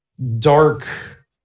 dark